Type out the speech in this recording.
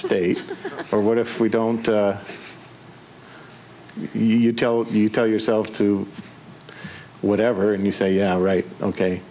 state or what if we don't you tell you tell yourself to do whatever and you say yeah right ok